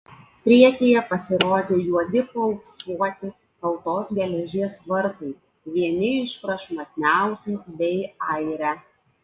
priekyje pasirodė juodi paauksuoti kaltos geležies vartai vieni iš prašmatniausių bei aire